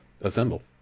assemble